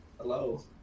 Hello